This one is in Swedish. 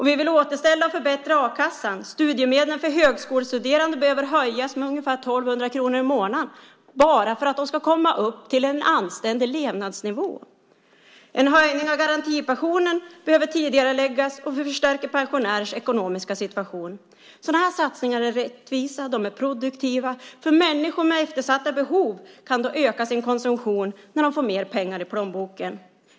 Vi vill återställa och förbättra a-kassan, och studiemedlen för högskolestuderande behöver höjas med ungefär 1 200 kronor i månaden bara för att de ska komma upp till en anständig levnadsnivå. En höjning av garantipensionen behöver tidigareläggas, och vi förstärker pensionärers ekonomiska situation. Sådana här satsningar är rättvisa och produktiva. Människor med eftersatta behov kan öka sin konsumtion när de får mer pengar i plånboken.